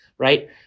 Right